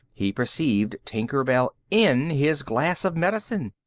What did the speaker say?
he perceived tinker bell in his glass of medicine.